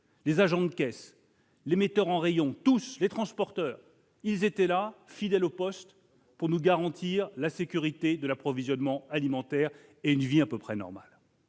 les agents de caisse, les metteurs en rayon, les transporteurs, tous étaient là, fidèles au poste, pour garantir la sécurité de l'approvisionnement alimentaire et une vie à peu près normale.